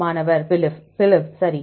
மாணவர் phylip Philip சரி